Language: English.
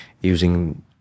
using